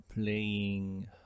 playing